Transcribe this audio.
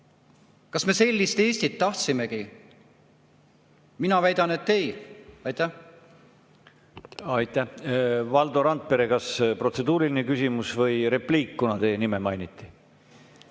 Kas me sellist Eestit tahtsimegi? Mina väidan, et ei. Aitäh! Valdo Randpere, kas protseduuriline küsimus või repliik, kuna teie nime mainiti?